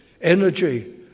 Energy